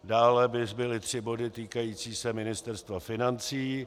Dále by zbyly tři body týkající se Ministerstva financí.